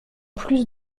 plus